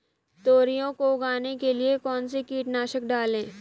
तोरियां को उगाने के लिये कौन सी कीटनाशक डालें?